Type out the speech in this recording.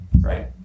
Right